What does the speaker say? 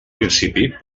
principi